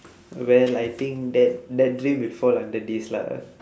where I think that that dream will fall under this lah